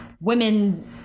women